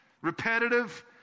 repetitive